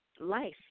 life